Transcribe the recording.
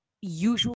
usually